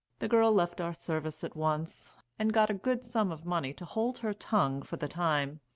the girl left our service at once, and got a good sum of money to hold her tongue for the time.